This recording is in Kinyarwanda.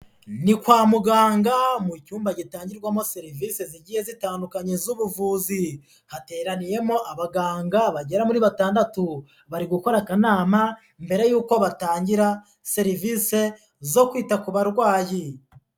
Ni kwa muganga mu cyumba gitangirwamo serivisi zigiye zitandukanye z'ubuvuzi, hateraniyemo abaganga bagera muri batandatu, bari gukora akanama mbere yuko batangira serivisi zo kwita ku barwayi.